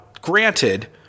granted